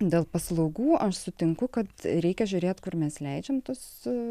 dėl paslaugų aš sutinku kad reikia žiūrėt kur mes leidžiam su